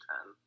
Ten